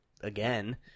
again